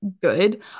good